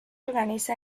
organiza